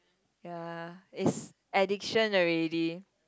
ya it's addiction already